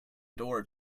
door